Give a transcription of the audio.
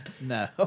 No